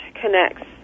connects